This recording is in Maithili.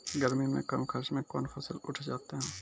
गर्मी मे कम खर्च मे कौन फसल उठ जाते हैं?